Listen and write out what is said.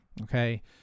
okay